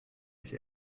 mich